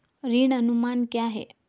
ऋण अनुमान क्या है?